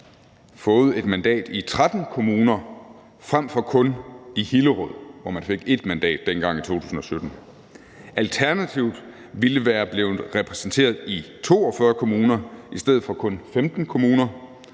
fået 1 mandat i 13 kommuner frem for kun i Hillerød, hvor man fik 1 mandat dengang i 2017. Alternativet ville være blevet repræsenteret i 42 kommuner i stedet for i kun 15 kommuner,